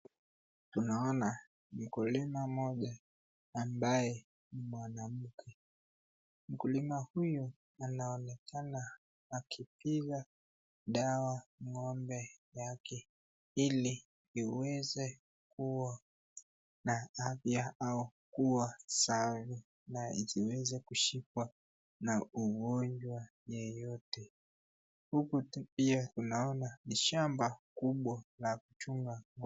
Tunaona mkulima mmoja ambaye ni mwanamke. Mkulima huyu anaonekana akipiga dawa ng'ombe yake ili iweze kuwa na afya au kuwa safi na isiweze kushikwa na ugonjwa yeyote. Huku pia tunaona ni shamba kubwa ya kuchunga ng'ombe.